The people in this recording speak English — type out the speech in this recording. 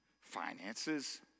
finances